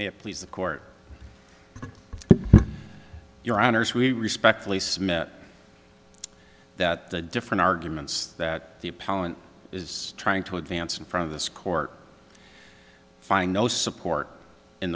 they please the court your honors we respectfully submit that the different arguments that the appellant is trying to advance in front of this court find no support in